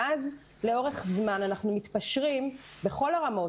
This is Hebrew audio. ואז לאורך זמן אנחנו מתפשרים בכל הרמות,